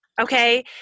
okay